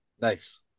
Nice